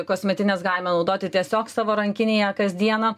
kosmetines galime naudoti tiesiog savo rankinėje kas dieną